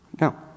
No